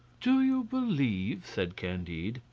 do you believe, said candide,